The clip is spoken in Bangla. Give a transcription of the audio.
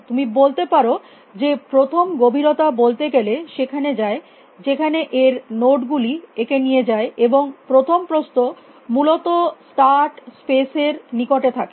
তুমি বলতে পারো যে প্রথম গভীরতা বলতে গেলে সেখানে যায় যেখানে এর নোড গুলি একে নিয়ে যায় এবং প্রথম প্রস্থ মূলত স্টার্ট স্পেস এর নিকটে থাকে